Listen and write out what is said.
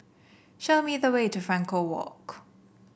show me the way to Frankel Walk